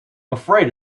afraid